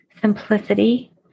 simplicity